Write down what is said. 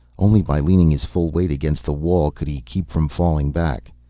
only by leaning his full weight against the wall could he keep from falling back.